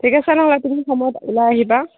ঠিক অছে নহ'লে তুমি সময়ত ওলাই আহিবা